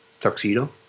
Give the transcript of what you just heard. Tuxedo